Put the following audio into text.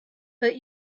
but